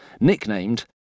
nicknamed